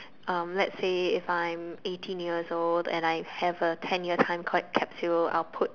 um let's say if I'm eighteen years old and I have a ten year time co~ capsule I'll put